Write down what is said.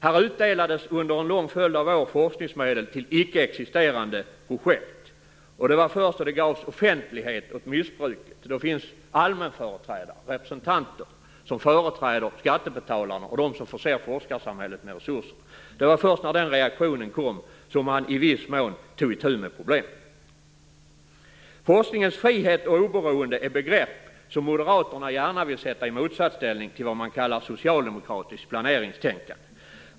Här utdelades under en lång följd av år forskningsmedel till icke-existerande projekt, och det var först då det gavs offentlighet åt missbruket - det finns allmänföreträdare, representanter som företräder skattebetalarna och dem som förser forskarsamhället med resurser - som forskarsamhället självt tog itu med problemen. Forskningens frihet och oberoende är begrepp som Moderaterna gärna vill sätta i motsatsställning till vad man kallar socialdemokratiskt planeringstänkande.